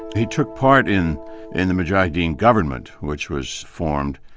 he took part in in the mujaheddin government which was formed,